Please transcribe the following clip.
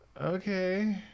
okay